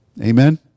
Amen